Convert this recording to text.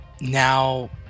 now